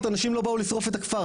400 אנשים לא באו לשרוף את הכפר,